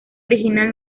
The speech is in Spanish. original